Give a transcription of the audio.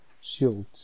shield